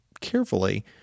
carefully